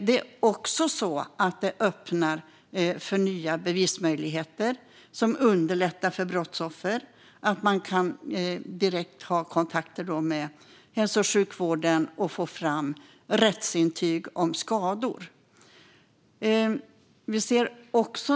Det är också så att det öppnar för nya bevismöjligheter, vilket underlättar för brottsoffer; man kan direkt ha kontakter med hälso och sjukvården och få fram rättsintyg om skador.